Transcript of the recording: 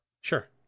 Sure